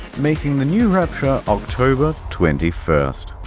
making the new rapture, october twenty first.